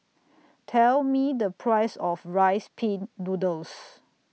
Tell Me The Price of Rice Pin Noodles